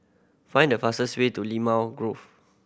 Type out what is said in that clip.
find the fastest way to Limau Grove